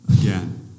again